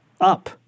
up